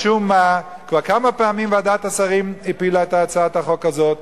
משום מה כבר כמה פעמים ועדת השרים הפילה את הצעת החוק הזו,